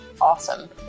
awesome